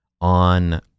on